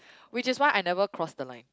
which is why I never cross the line